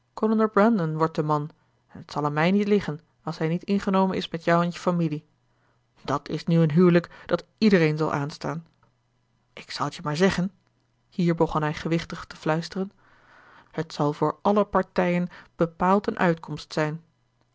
wordt de man en t zal aan mij niet liggen als hij niet ingenomen is met jou en je familie dàt is nu een huwelijk dat iedereen zal aanstaan ik zal t je maar zeggen hier begon hij gewichtig te fluisteren het zal voor alle partijen bepaald een uitkomst zijn